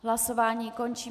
Hlasování končím.